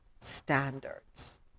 standards